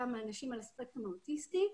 גם אנשים על הספקטרום האוטיסטי,